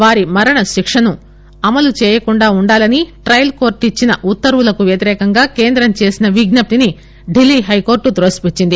వారి మరణశిక్షను అమలు చేయకుండా ఉండాలని ట్రయల్ కోర్టు ఇచ్చిన ఉత్తర్వులకు వ్యతిరేకంగా కేంద్రం చేసిన విజ్ఞప్తిని ఢిల్లీ హైకోర్టు త్రోసిపుచ్చింది